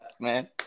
Man